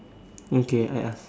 okay I ask